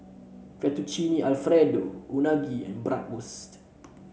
Fettuccine Alfredo Unagi and Bratwurst